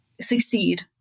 succeed